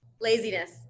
Laziness